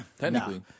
Technically